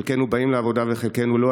חלקנו באים לעבודה וחלקנו לא.